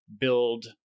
build